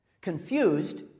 Confused